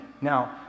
Now